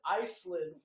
Iceland